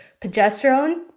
Progesterone